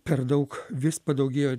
per daug vis padaugėjo